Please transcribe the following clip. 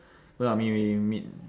where I meet meet meet meet